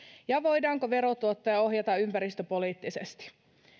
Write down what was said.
ja voidaanko verotuottoja ohjata ympäristöpoliittisesti